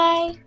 Bye